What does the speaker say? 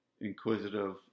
Inquisitive